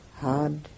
hard